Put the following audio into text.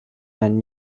and